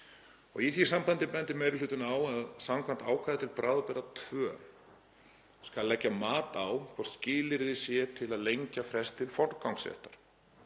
Í því sambandi bendir meiri hlutinn á að samkvæmt ákvæði til bráðabirgða II skal leggja mat á hvort skilyrði séu til að lengja frest til forgangsréttar.